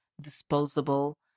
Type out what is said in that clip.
disposable